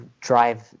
drive